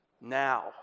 now